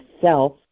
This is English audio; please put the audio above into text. self